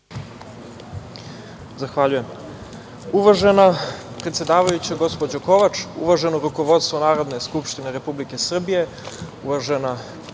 Zahvaljujem. Uvažena predsedavajuća gospođo Kovač, uvaženo rukovodstvo Narodne skupštine Republike Srbije, uvažena